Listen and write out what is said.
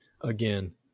again